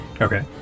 Okay